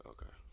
Okay